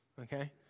okay